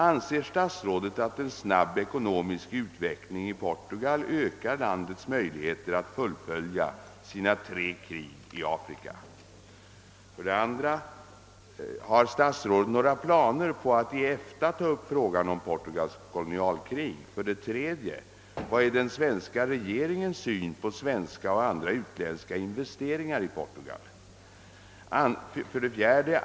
Anser statsrådet att en snabb ekonomisk utveckling i Portugal ökar' landets möjligheter att fullfölja sina tre krig i Afrika? 2. Har statsrådet några planer på att i EFTA ta upp frågan om Portugals kolonialkrig? 3. Vad är den svenska regeringens syn på svenska och andra utländska investeringar i Portugal? 4.